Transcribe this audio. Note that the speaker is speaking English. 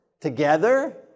together